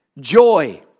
joy